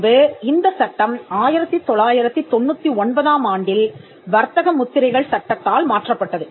பின்பு இந்த சட்டம் 1999 ஆம் ஆண்டில் வர்த்தக முத்திரைகள் சட்டத்தால் மாற்றப்பட்டது